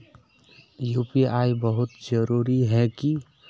UPI बहुत जरूरी है की?